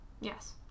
Yes